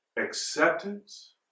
acceptance